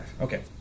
Okay